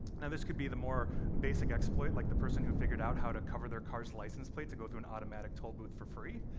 now, this could be the more basic exploit, like the person who figured out how to cover their car's license plate to go through an automatic tollbooth for free,